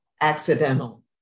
accidental